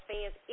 fans